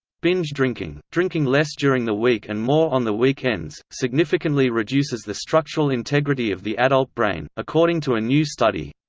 binge drinking drinking less during the week and more on the weekends significantly reduces the structural integrity of the adult brain, according to a new study.